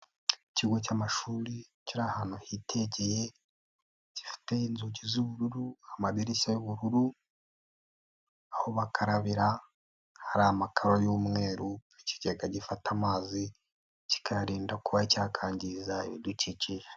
Ikigo cy'amashuri kiri ahantu higeye gifite inzugi z'ubururu, amadirishya y'ubururu, aho bakarabira hari amakararo y'umweru, ikigega gifata amazi kikayarinda kuba cyakangiza ibidukikije.